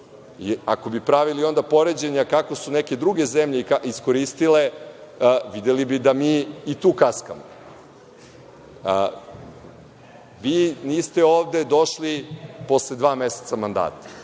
Ako bi pravili onda poređenje kako su neke druge zemlje iskoristile videli bi da i mi tu kaskamo. Vi niste ovde došli posle dva meseca mandata